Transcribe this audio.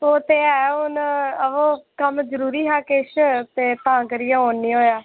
एह् ते ऐ हुन अवो कम्म जरूरी हा किश ते तां करियै औन नी होएया